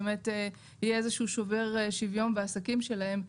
השוואת עלויות ותיווך,